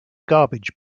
garbage